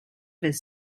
his